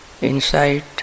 Insight